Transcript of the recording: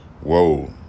whoa